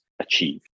achieve